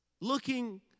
looking